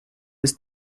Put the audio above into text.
ist